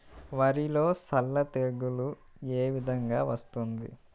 వరిలో సల్ల తెగులు ఏ విధంగా వస్తుంది?